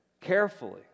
carefully